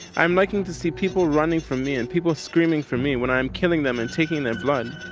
i'm liking to see people running from me and people screaming for me when i am killing them and taking their blood.